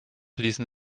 ließen